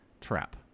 Trap